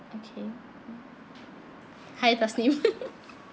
okay mm hi tasnim